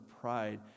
pride